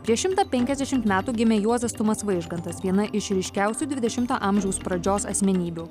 prieš šimtą penkiasdešimt metų gimė juozas tumas vaižgantas viena iš ryškiausių dvidešimto amžiaus pradžios asmenybių